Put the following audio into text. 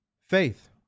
Faith